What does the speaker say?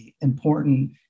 important